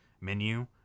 menu